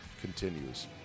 continues